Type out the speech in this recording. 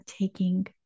taking